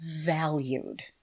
valued